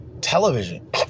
television